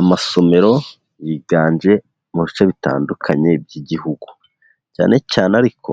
Amasomero yiganje mu bice bitandukanye by'Igihugu. Cyane cyane ariko